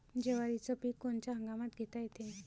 जवारीचं पीक कोनच्या हंगामात घेता येते?